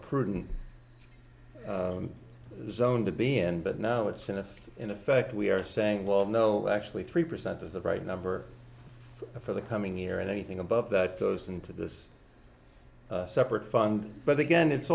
prudent zone to be in but now it's in a in effect we are saying well no actually three percent is the right number for the coming year and anything above that goes into this separate fund but again it's